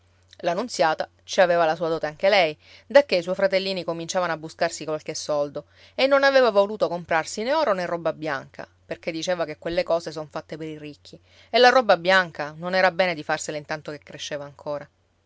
ci aveva la sua dote anche lei dacché i suoi fratellini cominciavano a buscarsi qualche soldo e non aveva voluto comprarsi né oro né roba bianca perché diceva che quelle cose son fatte per i ricchi e la roba bianca non era bene di farsela intanto che cresceva ancora